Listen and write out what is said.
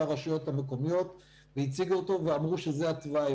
הרשויות המקומיות והציגו אותו ואמרו שזה התוואי.